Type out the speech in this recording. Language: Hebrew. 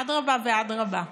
אדרבה ואדרבה,